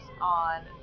on